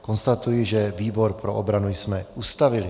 Konstatuji, že výbor pro obranu jsme ustavili.